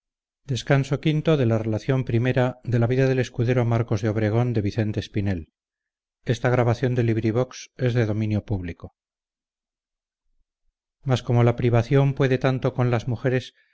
mas como la privación puede tanto con las mujeres